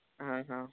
ਹਾਂ ਹਾਂ